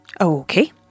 Okay